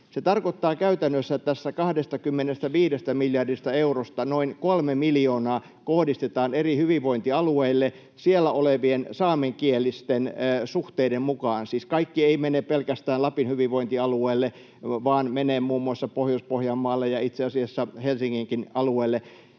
Se tarkoittaa käytännössä, että tästä 25 miljardista eurosta noin kolme miljoonaa kohdistetaan eri hyvinvointialueille siellä olevien saamenkielisten suhteiden mukaan. Siis kaikki ei mene pelkästään Lapin hyvinvointialueelle, vaan menee myös muun muassa Pohjois-Pohjanmaalle ja itse asiassa Helsinginkin alueelle.